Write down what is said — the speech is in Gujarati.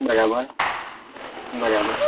બરાબર બરાબર